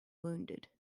wounded